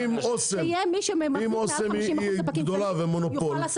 אם אסם גדולה והיא מונופול אז